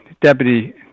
deputy